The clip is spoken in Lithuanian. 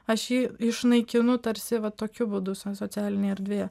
aš jį išnaikinu tarsi vat tokiu būdu savo socialinėje erdvėje